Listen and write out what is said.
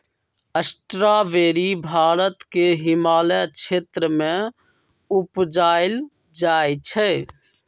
strawberry Bharat के हिमालय क्षेत्र में उपजायल जाइ छइ